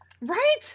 right